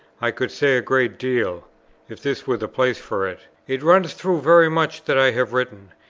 i could say a great deal if this were the place for it. it runs through very much that i have written,